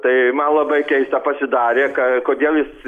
tai man labai keista pasidarė ką kodėl jis